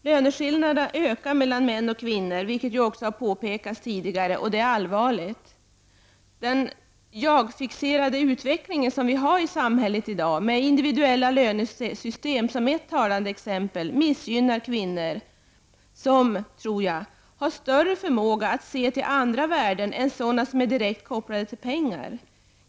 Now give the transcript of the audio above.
Löneskillnaderna ökar mellan män och kvinnor, vilket också har påpekats tidigare här i dag, och det är allvarligt. Den jag-fixerade utveckling som vi ser i samhället i dag, med individuella lönesystem som ett talande exempel, missgynnar kvinnor som, tror jag, har större förmåga att se till andra värden än sådana som är direkt kopplade till pengar.